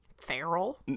feral